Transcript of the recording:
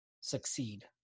succeed